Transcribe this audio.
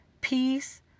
peace